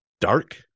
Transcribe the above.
dark